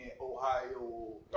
Ohio